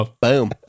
Boom